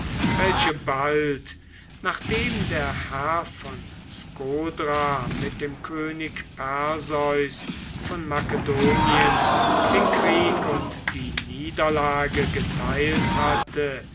welche bald nachdem der herr von skodra mit dem könig perseus von makedonien den krieg und die niederlage geteilt hatte